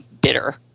bitter